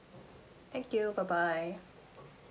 thank you bye bye